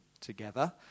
together